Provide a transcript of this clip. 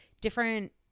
different